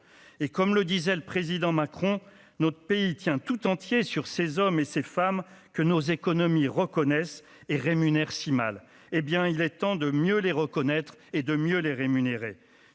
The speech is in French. et comme le disait le Président Macron notre pays tient tout entier sur ces hommes et ces femmes que nos économies reconnaisse et rémunère si mal, hé bien il est temps de mieux les reconnaître et de mieux les rémunérer,